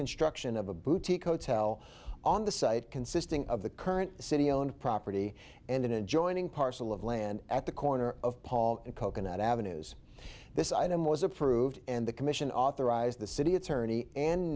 construction of a boutique hotel on the site consisting of the current city owned property and an adjoining parcel of land at the corner of paul and coconut avenues this item was approved and the commission authorized the city attorney and